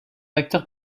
acteur